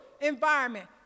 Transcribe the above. environment